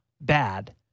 bad